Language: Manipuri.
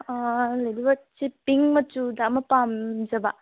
ꯑꯥ ꯂꯦꯗꯤ ꯕꯥꯔ꯭ꯗꯁꯦ ꯄꯤꯡ ꯃꯆꯨꯗ ꯑꯃ ꯄꯥꯝꯖꯕ